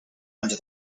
under